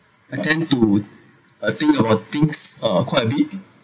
I tend to I think about things uh quite a bit